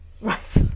Right